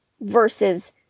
versus